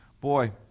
boy